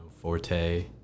forte